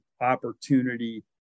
opportunity